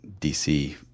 DC